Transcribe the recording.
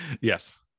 Yes